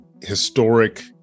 historic